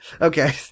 okay